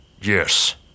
Yes